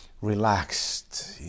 relaxed